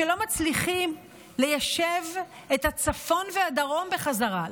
שלא מצליחים ליישב את הצפון ואת הדרום בחזרה,